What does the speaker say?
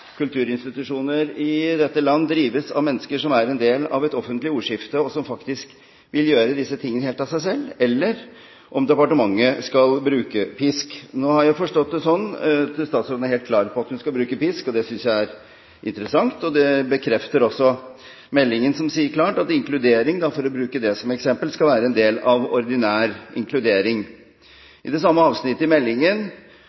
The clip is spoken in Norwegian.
kulturinstitusjoner i dette land drives av mennesker som er en del av et offentlig ordskifte, og som faktisk vil gjøre dette helt av seg selv, eller om departementet skal bruke pisk. Nå har jeg forstått det sånn at statsråden er helt klar på at hun skal bruke pisk. Det synes jeg er interessant, og det bekrefter også meldingen, som sier klart at inkludering – for å bruke det som eksempel – skal være en del av ordinær